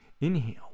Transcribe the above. Inhale